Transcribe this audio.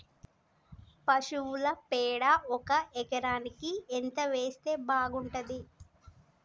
పశువుల పేడ ఒక ఎకరానికి ఎంత వేస్తే బాగుంటది?